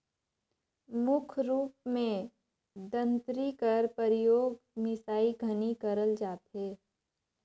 मुख रूप मे दँतरी कर परियोग मिसई घनी करल जाथे